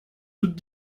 toute